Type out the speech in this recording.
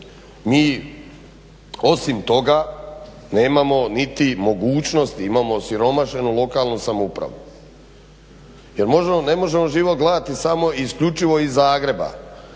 mi osim toga nemamo niti mogućnost, imamo osiromašenu lokalnu samoupravu. Ne možemo život gledati samo i isključivo iz Zagreba,